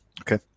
Okay